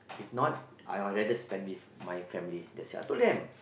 if not I will rather spend with my family that's it I told them